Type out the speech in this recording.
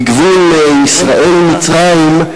בגבול ישראל מצרים,